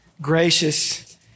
gracious